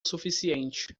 suficiente